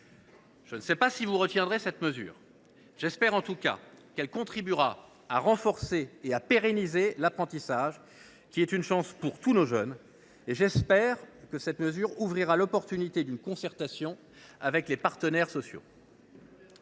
Je ne sais pas si vous retiendrez cette mesure. J’espère en tout cas qu’elle contribuera à renforcer et à pérenniser l’apprentissage, qui est une chance pour tous nos jeunes. Je souhaite que cette disposition offre l’occasion d’une concertation avec les partenaires sociaux.